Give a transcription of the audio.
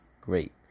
Great